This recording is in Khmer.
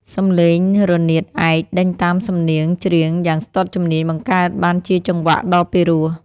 សំឡេងរនាតឯកដេញតាមសំនៀងច្រៀងយ៉ាងស្ទាត់ជំនាញ បង្កើតបានជាចង្វាក់ដ៏ពីរោះ។